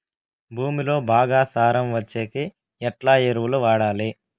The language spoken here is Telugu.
భూమిలో బాగా సారం వచ్చేకి ఎట్లా ఎరువులు వాడాలి?